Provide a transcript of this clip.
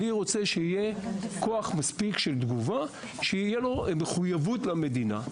שיהיה כוח שיש לו מחויבות למדינה.